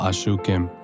Ashukim